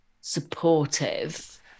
supportive